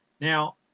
Now